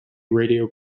radio